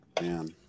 Man